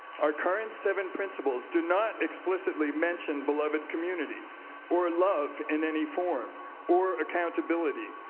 our current seven principles do not explicitly mention beloved community or love in any form or accountability.